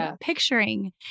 picturing